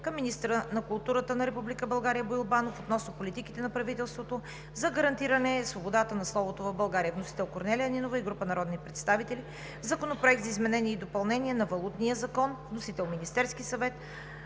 към министъра на културата на Република България Боил Банов относно политиките на правителството за гарантиране свободата на словото в България. Вносен е от Корнелия Нинова и група народни представители. Законопроект за изменение и допълнение на Валутния закон. Внесен е от Министерския съвет.